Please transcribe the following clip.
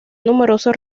numerosos